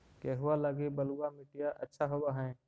गेहुआ लगी बलुआ मिट्टियां अच्छा होव हैं?